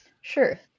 sure